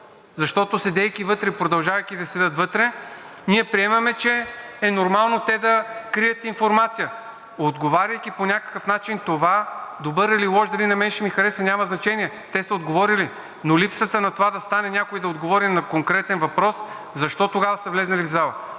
защото, седейки вътре и продължавайки да седят вътре, ние приемаме, че е нормално те да крият информация. Отговаряйки по някакъв начин – добър или лош, дали на мен ще ми хареса, няма значение, те са отговорили, но липсата на това да стане някой и да отговори на конкретен въпрос – защо тогава са влезли в залата.